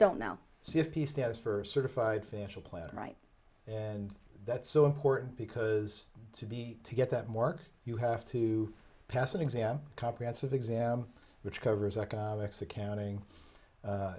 don't know c f p stands for certified financial planner right and that's so important because to be to get that mark you have to pass an exam a comprehensive exam which covers economics accounting